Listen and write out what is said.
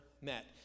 met